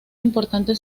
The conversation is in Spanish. importante